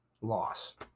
Loss